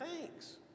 thanks